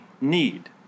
need